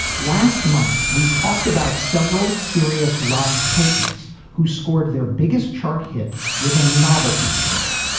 last month we talked about several serious rock titans who scored their biggest chart hit with a novelty single.